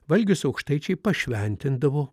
valgius aukštaičiai pašventindavo